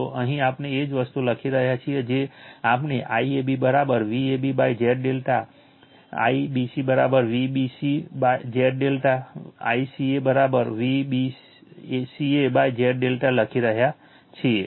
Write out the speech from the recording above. તો અહીં આપણે એ જ વસ્તુ લખી રહ્યા છીએ જે આપણે IAB VabZ ∆ IBC VbcZ ∆ ICA VcaZ ∆ લખી રહ્યા છીએ